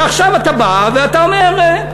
ועכשיו אתה בא ואתה אומר,